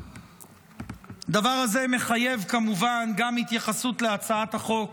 הדבר הזה מחייב כמובן גם התייחסות להצעת החוק